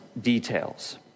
details